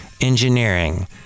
Engineering